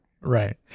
Right